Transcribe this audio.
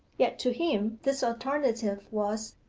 yet to him this alternative was,